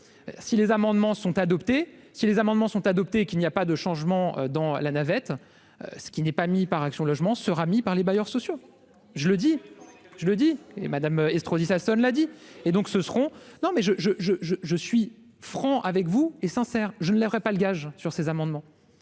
si les amendements sont adoptés, qu'il n'y a pas de changement dans la navette, ce qui n'est pas mis par Action logement sera mis par les bailleurs sociaux, je le dis, je le dis et Madame Estrosi Sassone a dit et donc ce seront non mais je je je je je suis franc avec vous et sincère, je ne le ferais pas le gage sur ces amendements